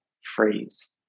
phrase